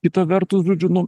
kita vertus žodžiu nu